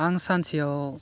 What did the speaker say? आं सानसेआव